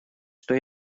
что